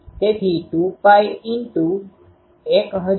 તેથી 2Π×1000